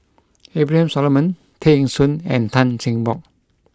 Abraham Solomon Tay Eng Soon and Tan Cheng Bock